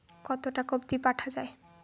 কতো টাকা অবধি পাঠা য়ায়?